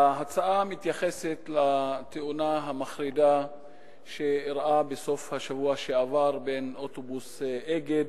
ההצעה מתייחסת לתאונה המחרידה שאירעה בסוף השבוע שעבר בין אוטובוס "אגד"